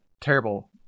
terrible